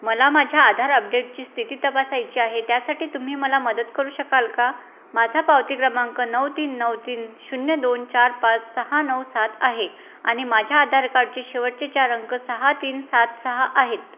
मला माझ्या आधार अपडेटची स्थिती तपासायची आहे त्यासाठी तुम्ही मला मदत करू शकाल का माझा पावती क्रमांक नऊ तीन नऊ तीन शून्य दोन चार पाच सहा नऊ सात आहे आणि माझ्या आधार कार्डचे शेवटचे चार अंक सहा तीन सात सहा आहेत